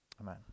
Amen